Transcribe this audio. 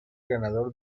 ganador